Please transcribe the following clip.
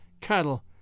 cattle